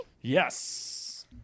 Yes